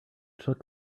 took